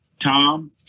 Tom